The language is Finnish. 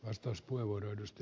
arvoisa puhemies